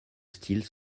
style